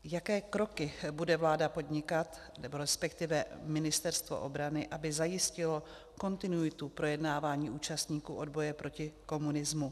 Jaké kroky bude vláda podnikat, nebo resp. Ministerstvo obrany, aby zajistilo kontinuitu projednávání účastníků odboje proti komunismu?